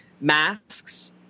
masks